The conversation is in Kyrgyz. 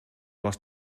баш